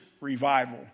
revival